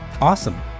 Awesome